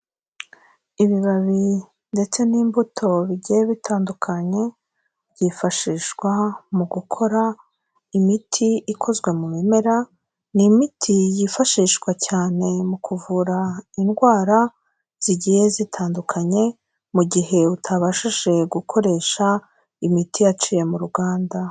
Ibibabi ndetse n'imbuto bigiye bitandukanye byifashishwa mu gukora imiti ikozwe mu bimera ni imiti yifashishwa cyane mu kuvura indwara zigiye zitandukanye mu gihe utabashije gukoresha imiti yaciye mu ruganda